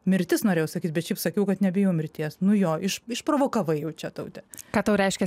mirtis norėjau sakyt bet kaip sakiau kad nebijau mirties nu jo iš išprovakavai jau čia taute ką tau reiškia